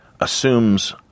assumes